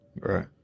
Right